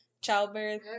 childbirth